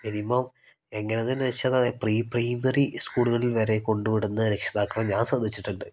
minimum എങ്ങനെ അത് എന്ന് വെച്ചാൽ പ്രീപ്രൈമറി സ്കൂളുകളിൽ വരെ കൊണ്ട് വിടുന്ന രക്ഷിതാക്കളെ ഞാൻ ശ്രദ്ധിച്ചിട്ടുണ്ട്